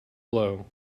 blow